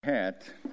hat